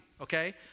okay